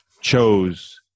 chose